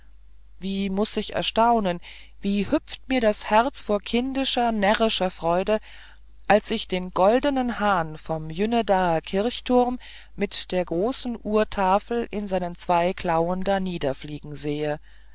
wie muß ich erstaunen wie hüpft mir das herz vor kindischer närrischer freude als ich den goldnen hahn vom jünnedaer kirchturm mit der großen uhrtafel in seinen zwei klauen daherfliegen sehe